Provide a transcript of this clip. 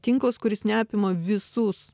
tinklas kuris neapima visus